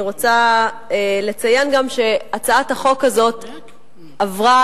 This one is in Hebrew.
אני רוצה גם לציין שהצעת החוק הזאת עברה